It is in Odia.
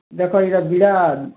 ଦେଖ ଇ'ଟା ବିଡ଼ା